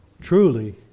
truly